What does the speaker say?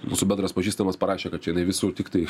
mūsų bendras pažįstamas parašė kad čia jinai visur tiktai